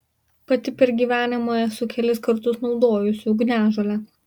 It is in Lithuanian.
pati per gyvenimą esu kelis kartus naudojusi ugniažolę